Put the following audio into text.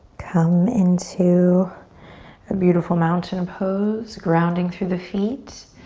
come into a beautiful mountain pose grounding through the feet.